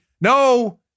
No